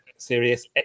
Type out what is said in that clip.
serious